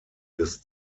des